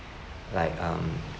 like um